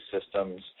systems